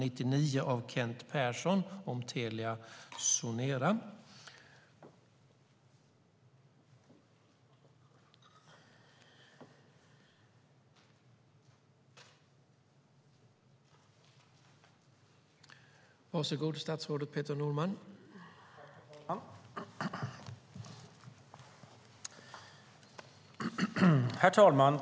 Herr talman!